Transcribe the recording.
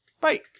Bye